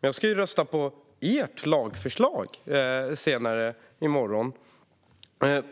Men jag ska ju rösta på ert lagförslag i morgon,